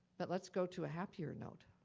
but let's go to a happier note.